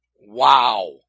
wow